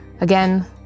Again